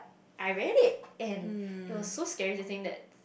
I read it and it was so scary to think that